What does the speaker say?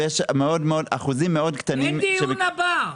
אבל יש אחוזים מאוד קטנים --- אין דיון הבא.